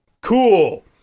cool